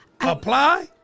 apply